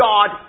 God